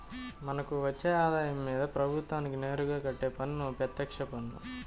మనకు వచ్చే ఆదాయం మీద ప్రభుత్వానికి నేరుగా కట్టే పన్ను పెత్యక్ష పన్ను